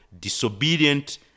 disobedient